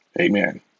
amen